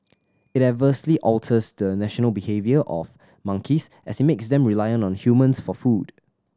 it adversely alters the natural behaviour of monkeys as it makes them reliant on humans for food